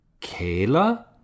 Kayla